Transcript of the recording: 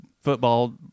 football